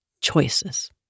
choices